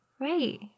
Right